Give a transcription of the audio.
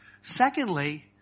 Secondly